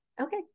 okay